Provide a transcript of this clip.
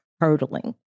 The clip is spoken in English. hurdling